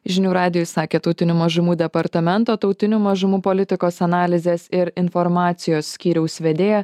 žinių radijui sakė tautinių mažumų departamento tautinių mažumų politikos analizės ir informacijos skyriaus vedėja